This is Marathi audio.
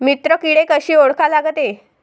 मित्र किडे कशे ओळखा लागते?